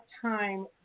time